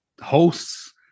hosts